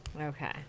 Okay